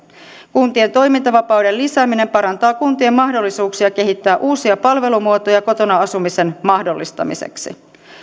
kuntien toimintavapauden lisääminen parantaa kuntien mahdollisuuksia kehittää uusia palvelumuotoja kotona asumisen mahdollistamiseksi